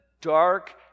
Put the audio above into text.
dark